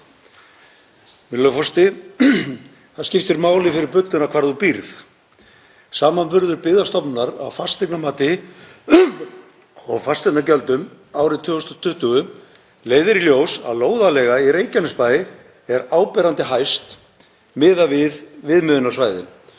Virðulegur forseti. Það skiptir máli fyrir budduna hvar þú býrð. Samanburður Byggðastofnunar á fasteignamati og fasteignagjöldum árið 2020 leiðir í ljós að lóðarleiga í Reykjanesbæ er áberandi hæst miðað við viðmiðunarsvæðin;